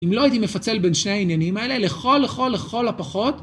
אם לא הייתי מפצל בין שני העניינים האלה לכל, לכל, לכל הפחות.